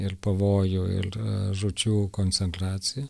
ir pavojų ir a žūčių koncentracija